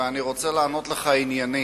ואני רוצה לענות לכם עניינית,